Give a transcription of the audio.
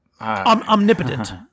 Omnipotent